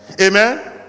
Amen